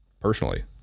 personally